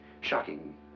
Shocking